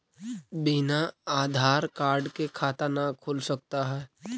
बिना आधार कार्ड के खाता न खुल सकता है?